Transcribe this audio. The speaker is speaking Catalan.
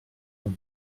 unit